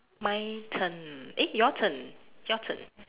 my turn eh your turn your turn